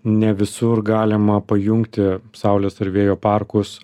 ne visur galima pajungti saulės ar vėjo parkus